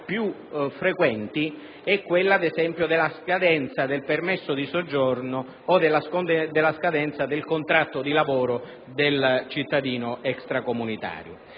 più frequenti è quella della scadenza del permesso di soggiorno o della scadenza del contratto di lavoro del cittadino extracomunitario.